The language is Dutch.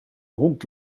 hond